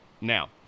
now